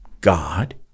God